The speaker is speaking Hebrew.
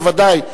בוודאי,